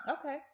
Okay